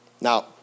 Now